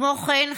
כמו כן,